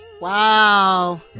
Wow